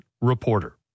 reporter